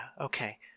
okay